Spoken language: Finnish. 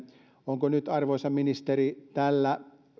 onko nyt arvoisa ministeri tällä